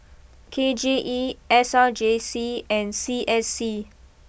K J E S R J C and C S C